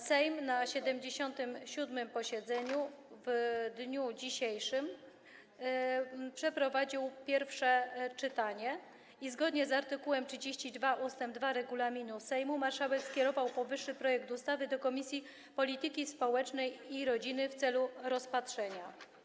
Sejm na 77. posiedzeniu w dniu dzisiejszym przeprowadził pierwsze czytanie i zgodnie z art. 32 ust. 2 regulaminu Sejmu marszałek Sejmu skierował powyższy projekt ustawy do Komisji Polityki Społecznej i Rodziny w celu rozpatrzenia.